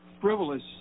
frivolous